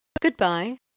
Goodbye